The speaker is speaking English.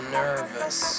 nervous